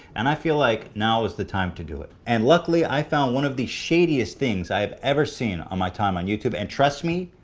and i feel like now is the time to do it. and luckily i found one of the shadiest things i have ever seen on my time on youtube and trust me,